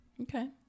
okay